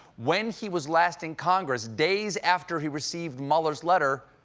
when he was last in congress, days after he received mueller's letter,